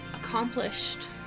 accomplished